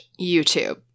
YouTube